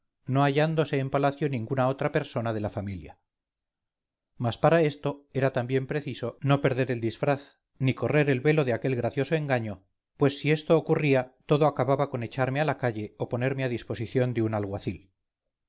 no hallándose en palacio ninguna otra persona de la familia mas para esto era también preciso no perder el disfraz ni correr el velo de aquel gracioso engaño pues si esto ocurría todo acababa con echarme a la calle o ponerme a disposición de un